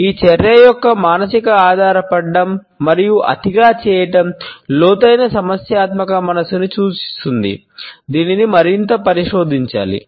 ఈ చర్య యొక్క మానసిక ఆధారపడటం మరియు అతిగా చేయటం లోతైన సమస్యాత్మక మనస్సును సూచిస్తుంది దీనిని మరింత పరిశోధించాలి